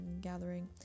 gathering